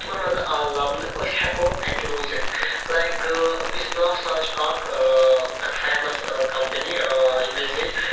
تِمن منٛز آو لبنہٕ أسۍ ہٮ۪کو اَتہِ روٗزِتھ لایِک یُس ناسا چھُ اکھ فٮ۪مس کمپٔنی یوٗ اٮ۪سٕچ